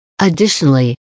Additionally